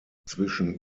zwischen